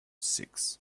six